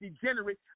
degenerate